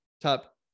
top